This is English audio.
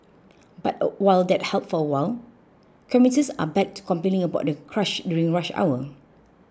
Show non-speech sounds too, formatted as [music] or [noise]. but [noise] while that helped for a while commuters are back to complaining about the crush during rush hour